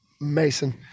Mason